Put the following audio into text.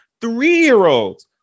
three-year-olds